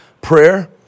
prayer